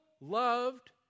loved